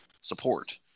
support